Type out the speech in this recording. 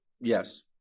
Yes